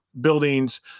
buildings